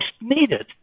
needed